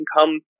income